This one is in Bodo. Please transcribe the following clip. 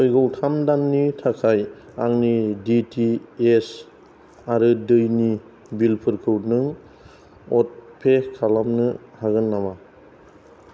फैगौ थाम दाननि थाखाय आंनि डिटिएइस आरो दैनि बिलफोरखौ नों अट'पे खालामनो हागोन नामा